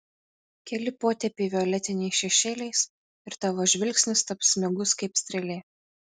keli potėpiai violetiniais šešėliais ir tavo žvilgsnis taps smigus kaip strėlė